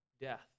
death